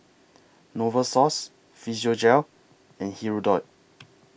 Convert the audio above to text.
Novosource Physiogel and Hirudoid